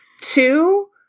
Two